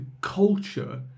culture